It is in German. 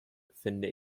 finde